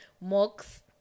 mocks